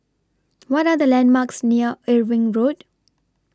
What Are The landmarks near Irving Road